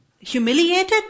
humiliated